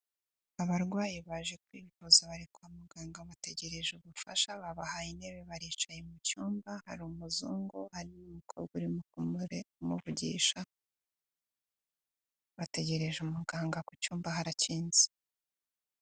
Abarwayi baje kwivuza bari kwa muganga bategereje ubufasha, babahaye intebe barica mu cyumba hari umuzungu hari umukobwa uri kumuvugisha, bategereje umuganga ku cyumba harakinze.